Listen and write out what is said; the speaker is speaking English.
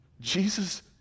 jesus